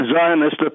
Zionist